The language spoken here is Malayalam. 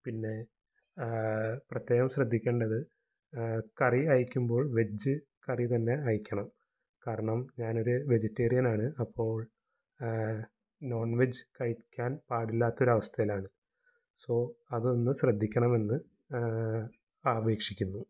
പിന്നെ പ്രത്യേകം ശ്രദ്ധിക്കണ്ടത് കറി അയക്കുമ്പോൾ വെജ് കറി തന്നെ അയക്കണം കാരണം ഞാനൊരു വെജിറ്റേറിയനാണ് അപ്പോൾ നോൺ വെജ് കഴിക്കാൻ പാടില്ലാത്തൊരവസ്ഥയിലാണ് സോ അതൊന്ന് ശ്രദ്ധിക്കണമെന്ന് അപേക്ഷിക്കുന്നു